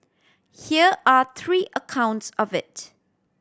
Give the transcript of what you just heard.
here are three accounts of it